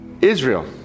Israel